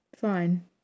fine